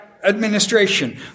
administration